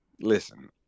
listen